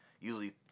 usually